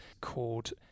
called